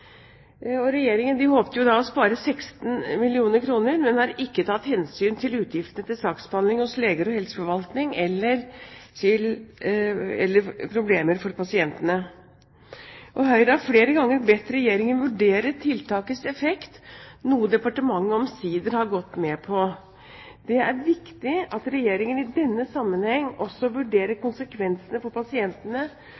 å spare 16 mill. kr, men har ikke tatt hensyn til utgiftene til saksbehandling hos leger og helseforvaltning eller til problemer for pasientene. Høyre har flere ganger bedt Regjeringen vurdere tiltakets effekt, noe departementet omsider har gått med på. Det er viktig at Regjeringen i denne sammenheng også vurderer